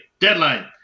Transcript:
deadline